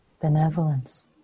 benevolence